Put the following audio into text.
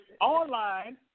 online